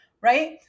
right